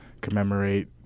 commemorate